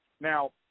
Now